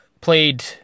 played